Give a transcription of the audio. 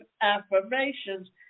affirmations